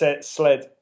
sled